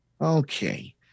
Okay